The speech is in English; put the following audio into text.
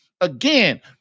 Again